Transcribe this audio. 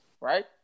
right